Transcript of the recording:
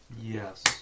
Yes